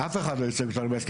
אף אחד לא ייצג אותנו בהסכם